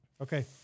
Okay